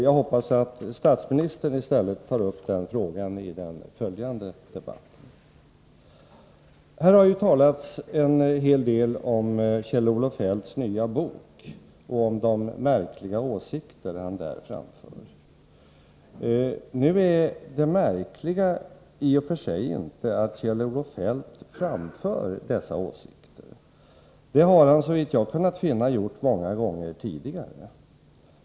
Jag hoppas att statsministern i stället tar upp den frågan i den följande debatten. Här har talats en hel del om Kjell-Olof Feldts nya bok och om de märkliga åsikter han där framför. Nu är det märkliga i och för sig inte att Kjell-Olof Feldt framför dessa åsikter, det har han såvitt jag kunnat finna gjort många gånger tidigare.